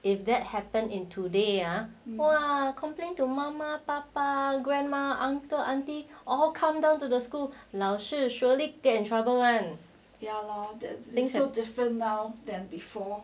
if that happened in today are more a complaint to mamma papa grandma uncle auntie all come down to the school 老师 surely get in trouble [one] ya lor the link so different now than before